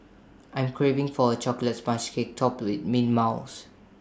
I am craving for A Chocolate Sponge Cake Topped with Mint Mousse